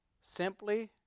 simply